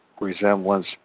resemblance